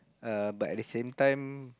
err but at the same time